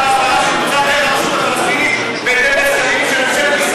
על ידי הרשות הפלסטינית ואת הכספים שממשלת ישראל,